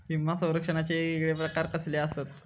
विमा सौरक्षणाचे येगयेगळे प्रकार कसले आसत?